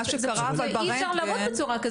זה פשוט אי אפשר לעבוד בצורה כזאת.